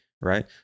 right